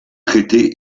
traité